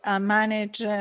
manage